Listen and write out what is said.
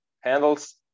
handles